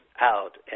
out